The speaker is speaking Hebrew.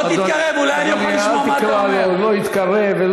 אני שותק כדי להרוויח את הזמן שלי בסוף.